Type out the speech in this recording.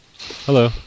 Hello